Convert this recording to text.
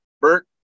Bert